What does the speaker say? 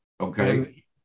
okay